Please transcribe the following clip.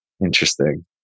Interesting